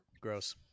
Gross